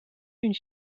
une